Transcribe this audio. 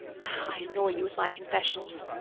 i annoy you with my confessions.